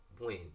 win